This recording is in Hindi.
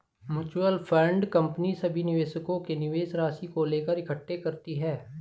म्यूचुअल फंड कंपनी सभी निवेशकों के निवेश राशि को लेकर इकट्ठे करती है